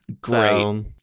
great